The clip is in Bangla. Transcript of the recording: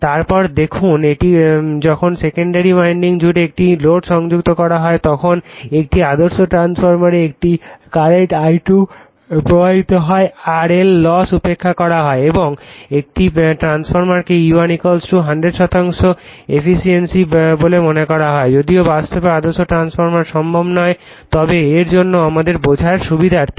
তারপর দেখুন এটি যখন সেকেন্ডারি ওয়াইন্ডিং জুড়ে একটি লোড সংযুক্ত করা হয় তখন একটি আদর্শ ট্রান্সফরমারে একটি কারেন্ট I2 প্রবাহিত হয় RL লস উপেক্ষা করা হয় এবং একটি ট্রান্সফরমারকে E1 100 শতাংশ এফিসিয়েন্ট বলে মনে করা হয় যদিও বাস্তবে আদর্শ ট্রান্সফরমার সম্ভব নয় তবে এর জন্য আমাদের বোঝার সুবিধার্থে